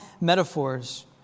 metaphors